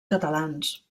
catalans